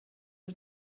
are